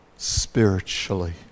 spiritually